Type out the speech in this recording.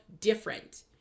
different